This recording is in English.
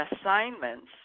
assignments